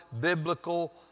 biblical